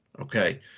okay